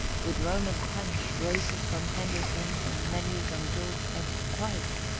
with roman punch, roses from henderson's, and menus on gilt-edged cards,